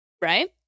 right